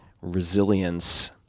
resilience